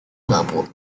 俱乐部